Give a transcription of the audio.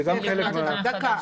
זה גם חלק מה --- דקה,